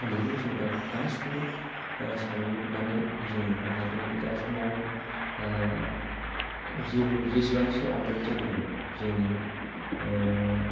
बेखौबो जों दा गासिखौबो सानजोबनानै जों मोननो हादोंदि दा समाव जेबो बिदि जिसिबांखि आपग्रेड जाबोदों जोंनि